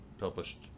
published